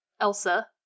Elsa